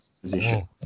position